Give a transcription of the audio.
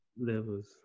levels